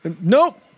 Nope